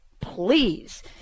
please